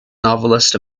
novelist